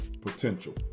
potential